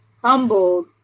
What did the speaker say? humbled